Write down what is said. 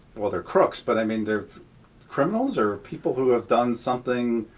well, they're crooks, but i mean they're criminals or people who have done something,